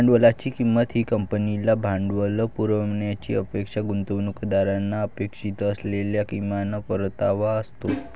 भांडवलाची किंमत ही कंपनीला भांडवल पुरवण्याची अपेक्षा गुंतवणूकदारांना अपेक्षित असलेला किमान परतावा असतो